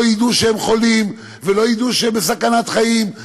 לא ידעו שהם חולים ולא ידעו שהם בסכנת חיים,